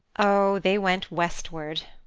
oh, they went westward.